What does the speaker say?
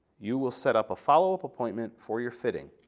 you will set up a follow-up appointment for your fitting.